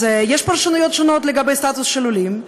אז יש פרשנויות שונות לגבי הסטטוס של עולים,